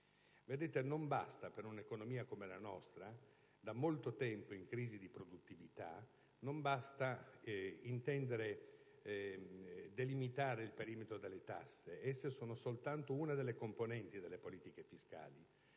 imprese. Non basta per un'economia come la nostra, da molto tempo in crisi di produttività, delimitare il perimetro delle tasse. Esse sono solo una delle componenti delle politiche fiscali.